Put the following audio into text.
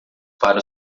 para